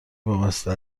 وابسته